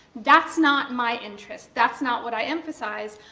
that's not my interest that's not what i emphasize.